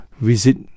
visit